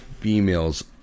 females